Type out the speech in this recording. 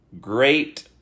Great